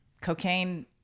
cocaine